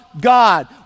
God